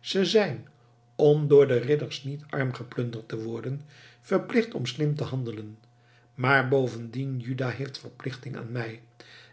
ze zijn om door de ridders niet arm geplunderd te worden verplicht om slim te handelen maar bovendien juda heeft verplichting aan mij